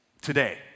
today